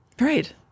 Right